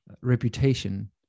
reputation